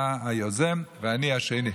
אתה היוזם ואני השני.